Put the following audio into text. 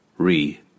Re